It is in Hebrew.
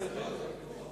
רוצה לדבר.